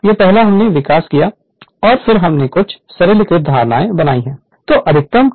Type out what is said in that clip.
यह पहला हमने विकास किया है और फिर हमने कुछ सरलीकृत धारणाएँ बनाईं है